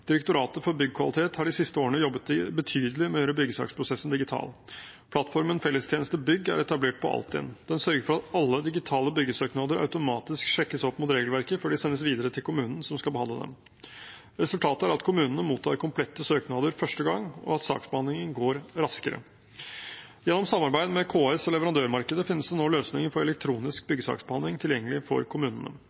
Direktoratet for byggkvalitet har de siste årene jobbet betydelig med å gjøre byggesaksprosessen digital. Plattformen Fellestjenester BYGG er etablert på Altinn. Den sørger for at alle digitale byggesøknader automatisk sjekkes opp mot regelverket før de sendes videre til kommunen som skal behandle dem. Resultatet er at kommunene mottar komplette søknader første gang, og at saksbehandlingen går raskere. Gjennom samarbeid med KS og leverandørmarkedet finnes det nå løsninger for elektronisk byggesaksbehandling tilgjengelig for kommunene.